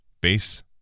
base